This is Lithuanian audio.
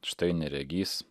štai neregys